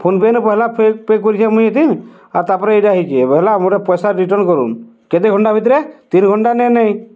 phone pay ରେ ପ୍ରଥମେ pay pay କରିଛି ମୁଁ ତାପରେ ଏଇଟା ହୋଇଛି ଏବେ ହେଲା ମୋତେ ପଇସା ରିଟର୍ନ୍ କରନ୍ତୁ କେତେ ଘଣ୍ଟା ଭିତରେ ତିନି ଘଣ୍ଟା ନା ନାହିଁ